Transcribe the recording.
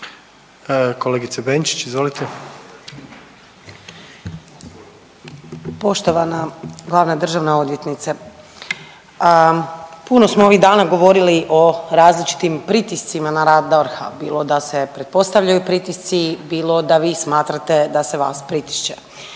**Benčić, Sandra (Možemo!)** Poštovana glavna državna odvjetnice puno smo ovih dana govorili o različitim pritiscima na rad DORH-a, bilo da se pretpostavljaju pritisci, bilo da vi smatrate da se vas pritišće.